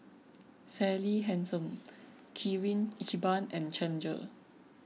Sally Hansen Kirin Ichiban and Challenger